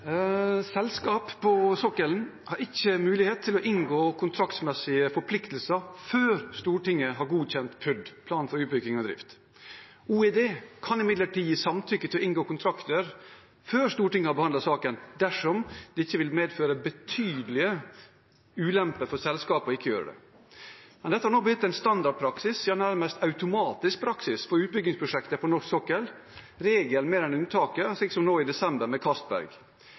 Selskap på sokkelen har ikke mulighet til å inngå kontraktsmessige forpliktelser før Stortinget har godkjent PUD, plan for utbygging og drift. Olje- og energidepartementet kan imidlertid gi samtykke til å inngå kontrakter før Stortinget har behandlet saken, dersom det vil medføre betydelige ulemper for selskapet å ikke gjøre det. Dette har nå blitt en standardpraksis, ja nærmest automatisk praksis, for utbyggingsprosjekter på norsk sokkel, regelen mer enn unntaket, slik som nå i desember med Johan Castberg.